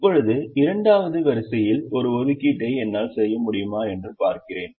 இப்போது இரண்டாவது வரிசையில் ஒரு ஒதுக்கீட்டை என்னால் செய்ய முடியுமா என்று பார்க்கிறேன்